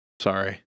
Sorry